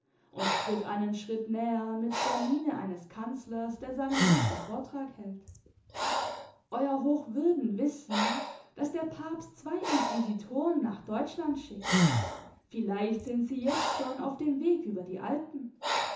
und tritt einen schritt näher mit der miene eines kanzlers der seinem herrscher vortrag hält euer hochwürden wissen daß der papst zwei inquisitoren nach deutschland schickt vielleicht sind sie jetzt schon auf dem weg über die alpen